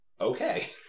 okay